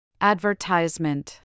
Advertisement